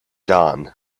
dawn